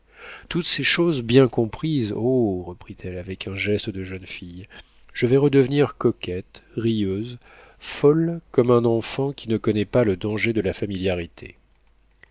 toutes ces choses bien comprises oh reprit-elle avec un geste de jeune fille je vais redevenir coquette rieuse folle comme un enfant qui ne connaît pas le danger de la familiarité